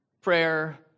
prayer